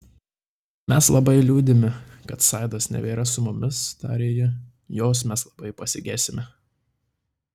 mes labai liūdime kad saidos nebėra su mumis tarė ji jos mes labai pasigesime